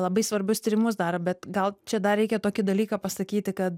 labai svarbius tyrimus daro bet gal čia dar reikia tokį dalyką pasakyti kad